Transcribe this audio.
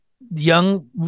young